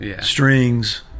strings